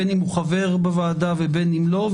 בין אם הוא חבר בוועדה ובין אם לא,